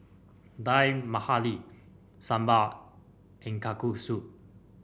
Dal Makhani Sambar and Kalguksu